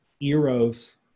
Eros